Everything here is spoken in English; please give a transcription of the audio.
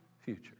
future